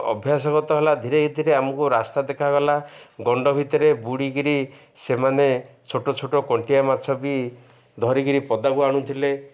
ଅଭ୍ୟାସଗତ ହେଲା ଧୀରେ ଧୀରେ ଆମକୁ ରାସ୍ତା ଦେଖାଗଲା ଗଣ୍ଡ ଭିତରେ ବୁଡ଼ିକିରି ସେମାନେ ଛୋଟ ଛୋଟ କଣ୍ଟିଆ ମାଛ ବି ଧରିକିରି ପଦାକୁ ଆଣୁଥିଲେ